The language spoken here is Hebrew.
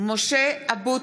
(קוראת בשמות חברי הכנסת) משה אבוטבול,